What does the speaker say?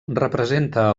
representa